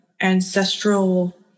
ancestral